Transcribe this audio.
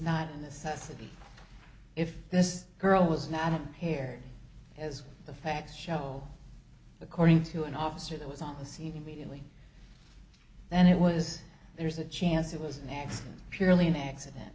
not a necessity if this girl was not impaired as the facts show according to an officer that was on the scene immediately then it was there's a chance it was an accident purely an accident